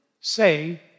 say